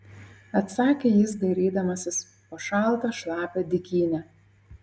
atsakė jis dairydamasis po šaltą šlapią dykynę